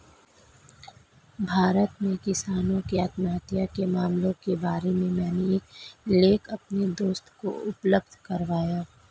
भारत में किसानों की आत्महत्या के मामलों के बारे में मैंने एक लेख अपने दोस्त को उपलब्ध करवाया